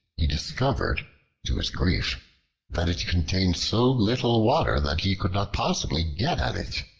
he discovered to his grief that it contained so little water that he could not possibly get at it.